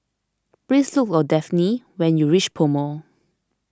please look for Dafne when you reach PoMo